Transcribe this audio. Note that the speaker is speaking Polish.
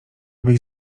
byś